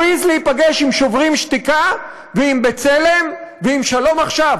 הוא העז להיפגש עם "שוברים שתיקה" ועם "בצלם" ועם "שלום עכשיו".